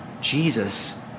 Jesus